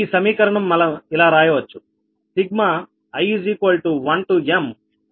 ఈ సమీకరణం మనం ఇలా రాయవచ్చు